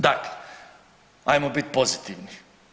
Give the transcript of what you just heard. Dakle, ajmo biti pozitivni.